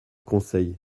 conseil